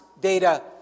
data